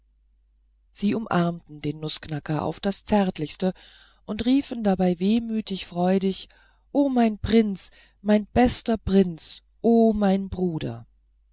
sie umarmten den nußknacker auf das zärtlichste und riefen dabei wehmütig freudig o mein prinz mein bester prinz o mein bruder